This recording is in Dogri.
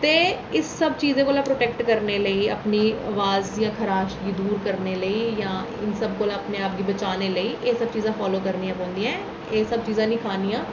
ते इन सब चीजें कोला प्रोटैक्ट करने लेई अपनी अबाज गी जीं खराश गी दूर करने लेई जां इन सब कोला अपने आप गी बचाने लेई एह् सब चीजां फालो करनियां पौंदियां न एह् सब चीजां निं खानियां